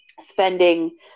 spending